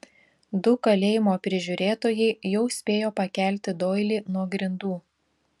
du kalėjimo prižiūrėtojai jau spėjo pakelti doilį nuo grindų